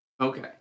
Okay